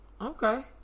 okay